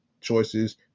choices